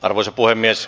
arvoisa puhemies